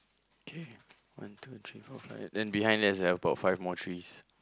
okay one two three four five then behind there's about five more trees